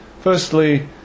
Firstly